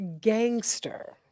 gangster